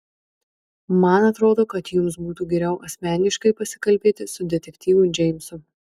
man atrodo kad jums būtų geriau asmeniškai pasikalbėti su detektyvu džeimsu